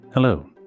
Hello